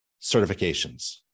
certifications